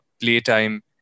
playtime